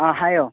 ꯑꯥ ꯍꯥꯏꯌꯣ